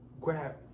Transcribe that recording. grab